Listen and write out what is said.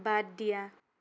বাদ দিয়া